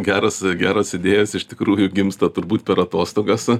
geras geros idėjos iš tikrųjų gimsta turbūt per atostogas